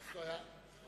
אוסלו היה ב-1993.